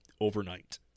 overnight